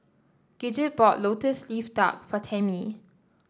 Gidget bought lotus leaf duck for Tammi